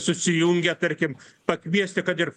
susijungę tarkim pakviesti kad ir